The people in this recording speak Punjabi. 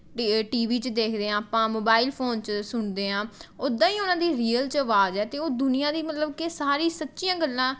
ਟੀ ਟੀ ਵੀ 'ਚ ਦੇਖਦੇ ਹਾਂ ਆਪਾਂ ਮੋਬਾਇਲ ਫ਼ੋਨ 'ਚ ਸੁਣਦੇ ਹਾਂ ਉੱਦਾਂ ਹੀ ਉਹਨਾਂ ਦੀ ਰੀਅਲ 'ਚ ਆਵਾਜ਼ ਹੈ ਅਤੇ ਉਹ ਦੁਨੀਆਂ ਦੀ ਮਤਲਬ ਕਿ ਸਾਰੀ ਸੱਚੀਆਂ ਗੱਲਾਂ